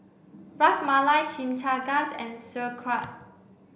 Ras Malai Chimichangas and Sauerkraut